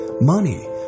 money